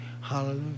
Hallelujah